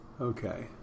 Okay